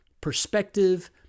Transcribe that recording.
perspective